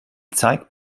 zeigt